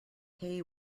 hay